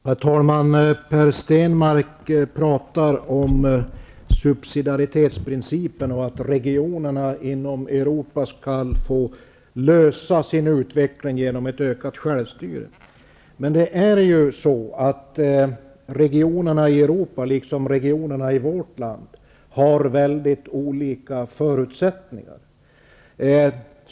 Herr talman! Per Stenmarck pratar om subsidiaritetsprincipen och om att regionerna inom Europa skall få klara sin utveckling genom ökat självstyre. Men regionerna i Europa, liksom regionerna i vårt land, har väldigt olika förutsättningar.